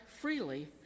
freely